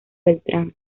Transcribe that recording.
beltrán